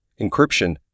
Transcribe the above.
encryption